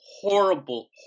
horrible